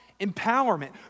empowerment